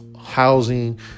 housing